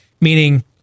Meaning